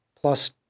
plus